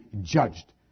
judged